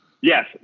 yes